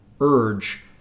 urge